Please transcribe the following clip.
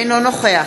אינו נוכח